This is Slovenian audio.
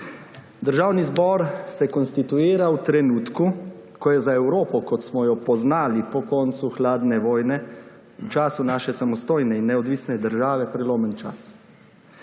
Državni zbor se konstituira v trenutku, ko je za Evropo, kot smo jo poznali po koncu hladne vojne, v času naše samostojne in neodvisne države, prelomen čas.